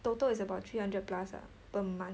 total is about three hundred plus ah per month